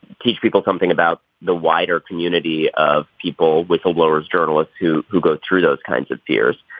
teach people something about the wider community of people whistleblowers journalists who who go through those kinds of fears.